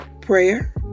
prayer